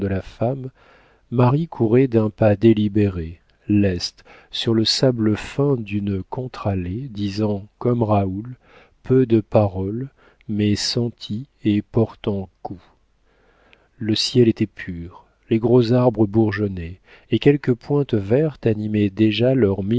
la femme marie courait d'un pas délibéré leste sur le sable fin d'une contre-allée disant comme raoul peu de paroles mais senties et portant coup le ciel était pur les gros arbres bourgeonnaient et quelques pointes vertes animaient déjà